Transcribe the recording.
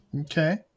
okay